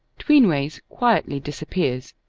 tweenwayes quietly disap pears.